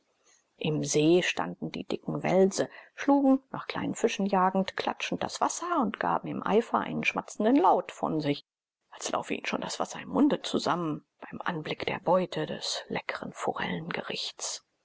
im see standen die dicken welse schlugen nach kleinen fischen jagend klatschend das wasser und gaben im eifer einen schmatzenden laut von sich als laufe ihnen schon das wasser im munde zusammen beim anblick der beute des leckren